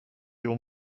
your